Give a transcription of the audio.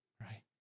right